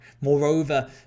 Moreover